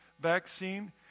vaccine